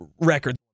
record